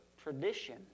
tradition